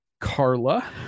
Carla